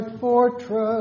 fortress